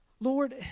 Lord